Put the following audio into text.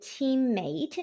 teammate